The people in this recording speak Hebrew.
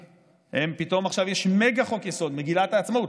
ופתאום יש מגה-חוק-יסוד: מגילת העצמאות,